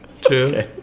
true